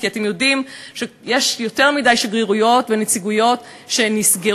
כי אתם יודעים שיש יותר מדי שגרירויות ונציגויות שנסגרו,